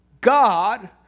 God